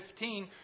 15